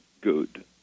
good